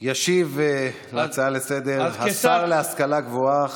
ישיב על ההצעה לסדר-היום השר להשכלה גבוהה,